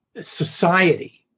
society